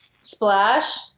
Splash